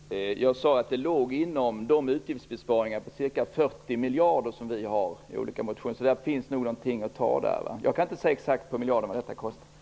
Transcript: Herr talman! Jag sade att det låg inom de utgiftsbesparingar på ca 40 miljarder som vi har föreslagit i olika motioner. Där finns nog någonting att ta. Jag kan inte säga vad detta kostar exakt på miljarden.